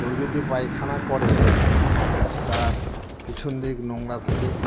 কেউ যদি পায়খানা করে তার পিছন দিক নোংরা থাকে